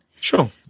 Sure